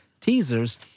teasers